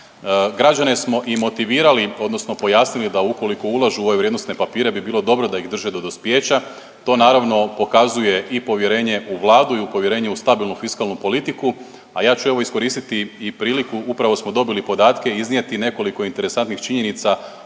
Građane smo i motivirali odnosno pojasnili da ukoliko ulažu u ove vrijednosne papire bi bilo dobro da ih drže do dospijeća. To naravno pokazuje i povjerenje u Vladu i povjerenje u stabilnu fiskalnu politiku, a ja ću evo iskoristiti i priliku upravo smo dobili podatke iznijeti nekoliko interesantnih činjenica